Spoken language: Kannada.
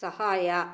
ಸಹಾಯ